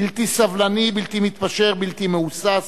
בלתי סבלני, בלתי מתפשר, בלתי מהוסס,